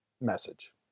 message